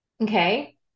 okay